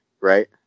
right